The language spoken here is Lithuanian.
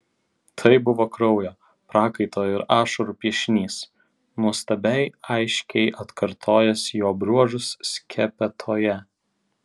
tai buvo kraujo prakaito ir ašarų piešinys nuostabiai aiškiai atkartojęs jo bruožus skepetoje